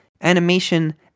animation